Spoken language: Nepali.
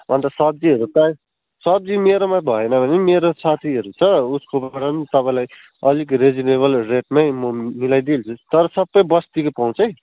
अन्त सब्जीहरू चाहिँ सब्जी मेरोमा भएन भने पनि मेरो साथीहरू छ उसकोबाट पनि तपाईँलाई अलिक रिजनेवल रेटमै म मिलाई दिइहाल्छु तर सबै बस्तीको पाउँछ है